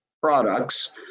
products